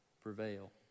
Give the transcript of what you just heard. prevail